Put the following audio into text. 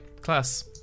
class